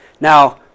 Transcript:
Now